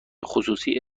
خصوصی